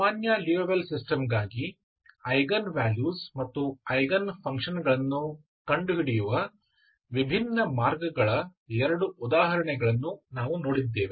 ಸಾಮಾನ್ಯ Sturm Liouville ಸಿಸ್ಟಮ್ಗಾಗಿ eigen values ಮತ್ತು ಐಗನ್ ಫಂಕ್ಷನ್ ಗಳನ್ನು ಕಂಡುಹಿಡಿಯುವ ವಿಭಿನ್ನ ಮಾರ್ಗಗಳ ಎರಡು ಉದಾಹರಣೆಗಳನ್ನು ನಾವು ಹೊಂದಿದ್ದೇವೆ